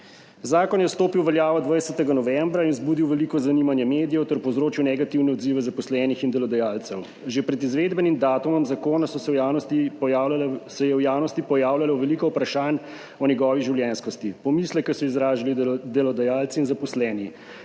Zakon je stopil v veljavo 20. novembra in vzbudil veliko zanimanje medijev ter povzročil negativne odzive zaposlenih in delodajalcev. Že pred izvedbenim datumom zakona se je v javnosti pojavljalo veliko vprašanj o njegovi življenjskosti. Pomisleke so izražali delodajalci in zaposleni,